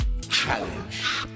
challenge